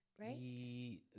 right